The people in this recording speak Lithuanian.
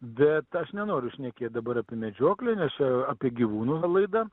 bet aš nenoriu šnekėt dabar apie medžioklę nes čia apie gyvūnų yra laida